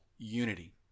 unity